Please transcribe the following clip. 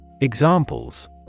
Examples